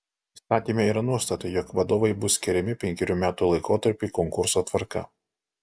įstatyme yra nuostata jog vadovai bus skiriami penkerių metų laikotarpiui konkurso tvarka